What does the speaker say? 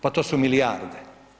Pa to su milijarde.